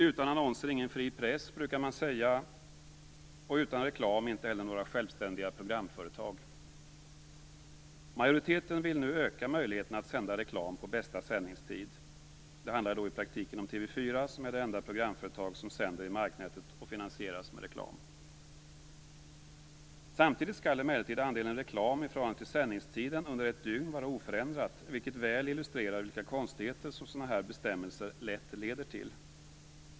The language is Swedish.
Utan annonser ingen fri press, brukar man säga, och utan reklam inte heller några självständiga programföretag. Majoriteten vill nu öka möjligheterna att sända reklam på bästa sändningstid. Det handlar i praktiken om TV 4, som är det enda programföretag som sänder i marknätet och finansieras med reklam. Samtidigt skall emellertid andelen reklam i förhållande till sändningstiden under ett dygn vara oförändrad, vilket väl illustrerar vilka konstigheter som sådana här bestämmelser lätt leder till.